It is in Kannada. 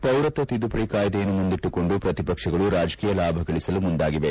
ಪೌರತ್ವ ತಿದ್ದುಪಡಿ ಕಾಯ್ದೆಯನ್ನು ಮುಂದಿಟ್ಟುಕೊಂಡು ಪ್ರತಿಪಕ್ಷಗಳು ರಾಜಕೀಯ ಲಾಭಗಳಿಸಲು ಮುಂದಾಗಿವೆ